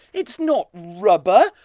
it's not rubber.